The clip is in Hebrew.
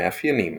מאפיינים